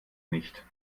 nicht